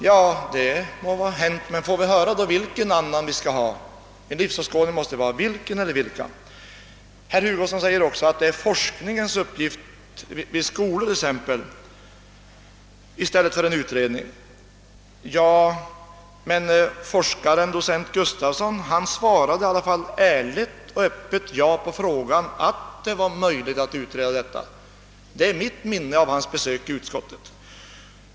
Ja, det må vara hänt, men får vi höra då vilken annan livsåskådning vi skall ha! En livsåskådning måste vi ha, men vilken eller vilka? Det är forskningens uppgift att klarlägga dessa frågor, exempelvis i skolorna, det är inte en utredningsuppgift, sade herr Hugosson. Men forskaren docent Berndt Gustafsson svarade i alla fall ärligt och öppet ja på frågan om det var möjligt att utreda dessa ting. Det är mitt minne av hans besök i utskottet.